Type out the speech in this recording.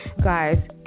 Guys